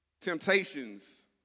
temptations